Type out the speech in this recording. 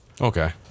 Okay